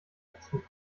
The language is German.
verzug